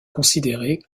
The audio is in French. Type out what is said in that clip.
considérée